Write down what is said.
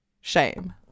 Shame